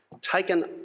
Taken